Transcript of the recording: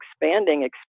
expanding